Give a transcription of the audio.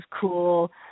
cool